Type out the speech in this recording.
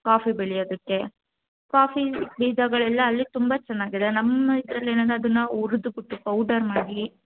coffee ಬೆಳೆಯೋದಕ್ಕೆ coffee ಬೀಜಗಳೆಲ್ಲ ಅಲ್ಲಿ ತುಂಬ ಚೆನ್ನಾಗಿದೆ ನಮ್ಮ ಇದರಲ್ಲಿ ಏನೆಂದ್ರೆ ಅದನ್ನು ಹುರ್ದು ಬಿಟ್ಟು ಪೌಡರ್ ಮಾಡಿ